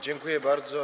Dziękuję bardzo.